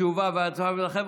תשובה והצבעה במועד אחר.